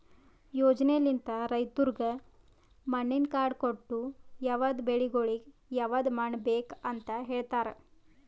ಯೋಜನೆಲಿಂತ್ ರೈತುರಿಗ್ ಮಣ್ಣಿನ ಕಾರ್ಡ್ ಕೊಟ್ಟು ಯವದ್ ಬೆಳಿಗೊಳಿಗ್ ಯವದ್ ಮಣ್ಣ ಬೇಕ್ ಅಂತ್ ಹೇಳತಾರ್